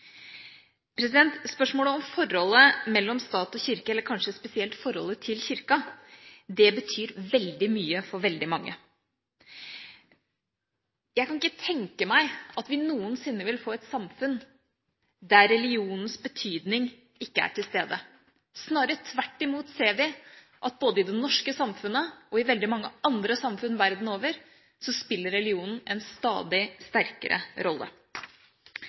Spørsmålet om forholdet mellom stat og kirke, eller kanskje spesielt forholdet til Kirka, betyr veldig mye for veldig mange. Jeg kan ikke tenke meg at vi noensinne vil få et samfunn der religionens betydning ikke er til stede. Snarere tvert imot ser vi at både i det norske samfunnet og i veldig mange andre samfunn verden over, spiller religionen en stadig sterkere rolle.